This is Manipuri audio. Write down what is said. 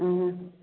ꯑꯥ